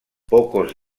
pocos